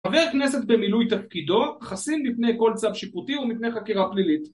חבר הכנסת במילוי תפקידו חסין בפני כל צו שיפוטי ומפני חקירה פלילית